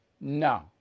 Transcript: No